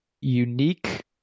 unique